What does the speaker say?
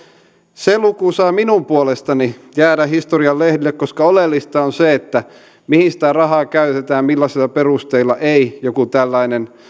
se luku saa minun puolestani jäädä historian lehdelle koska oleellista on se mihin sitä rahaa käytetään millaisilla perusteilla ei joku tällainen